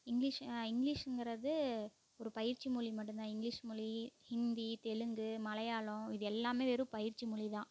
English இங்க்லீஷுங்கறது ஒரு பயிற்சி மொழி மட்டும் தான் இங்க்லீஷ் மொழி ஹிந்தி தெலுங்கு மலையாளம் இது எல்லாமே வெறும் பயிற்சி மொழி தான்